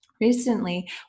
recently